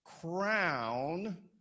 Crown